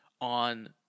on